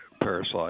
parasite